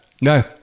no